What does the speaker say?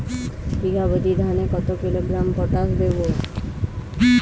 বিঘাপ্রতি ধানে কত কিলোগ্রাম পটাশ দেবো?